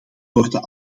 worden